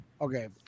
okay